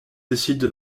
décide